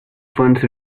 funds